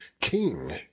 king